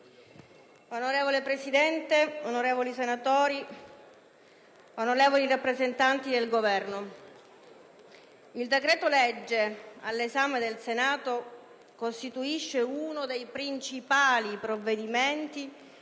Onorevole Presidente, onorevoli senatori, onorevoli rappresentanti del Governo, il decreto-legge all'esame del Senato costituisce uno dei principali provvedimenti